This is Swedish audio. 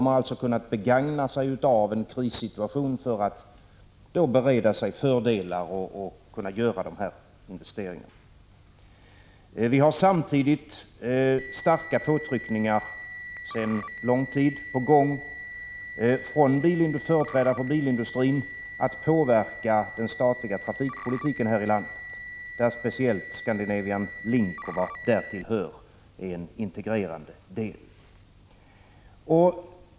Bilindustrin har begagnat sig av en prissituation för att bereda sig fördelar och göra dessa investeringar. Samtidigt har vi på gång sedan lång tid starka påtryckningar från företrädare för bilindustrin för att påverka den statliga trafikpolitiken här i landet, där speciellt Scandinavian Link och vad därtill hör är en integrerande del.